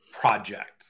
project